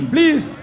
Please